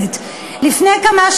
אני רוצה להזכיר לכם,